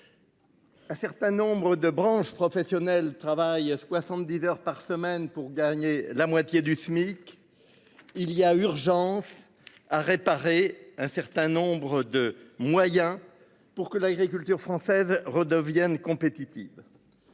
Un certain nombre de branches professionnelles travaille 70 heures par semaine pour gagner la moitié du SMIC. Il y a urgence à réparer un certain nombre de moyens pour que l'agriculture française redevienne compétitive.